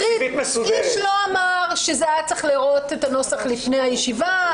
איש לא אמר שהיה צריך לראות את הנוסח לפני הישיבה,